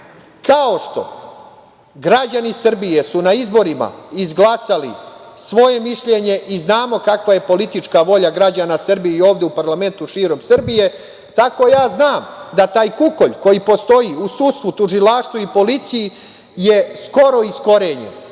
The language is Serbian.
Kao što su građani Srbije na izborima izglasali svoje mišljenje i znamo kakva je politička volja građana Srbije i ovde u parlamentu i širom Srbije, tako ja znam da taj kukolj koji postoji u sudstvu, u tužilaštvu i policiji je skoro iskorenjen.